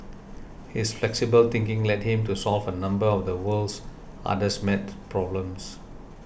his flexible thinking led him to solve a number of the world's hardest maths problems